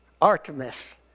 Artemis